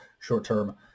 short-term